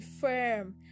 firm